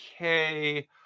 okay